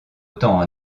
autant